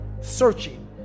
searching